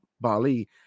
Bali